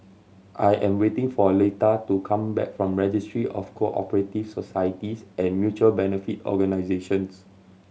I am waiting for Leitha to come back from Registry of Co Operative Societies and Mutual Benefit Organisations